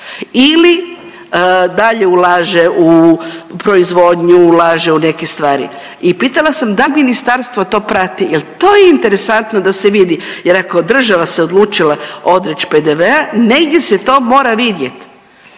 ili dalje ulaže u proizvodnju, ulaže u neke stvari? I pitala sam dal ministarstvo to prati jel to je interesantno da se vidi jer ako država se odlučila odreć PDV-a negdje se to mora vidjet?